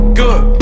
good